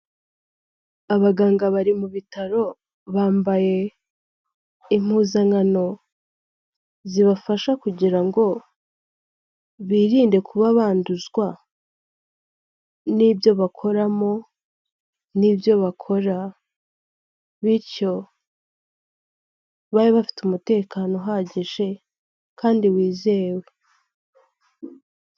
Abaganga bari mu bitaro bambaye impuzankano, zibafasha kugira ngo birinde kuba banduzwa, n'ibyo bakoramo n'ibyo bakora, bityo babe bafite umutekano uhagije kandi wizewe.